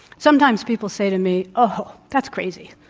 sometimes people say to me, oh, that's crazy.